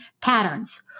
Patterns